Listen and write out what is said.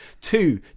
two